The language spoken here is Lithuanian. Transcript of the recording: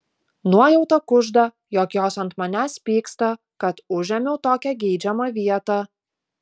nuojauta kužda jog jos ant manęs pyksta kad užėmiau tokią geidžiamą vietą